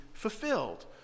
fulfilled